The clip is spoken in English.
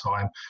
time